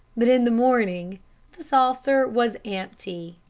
but in the morning the saucer was empty.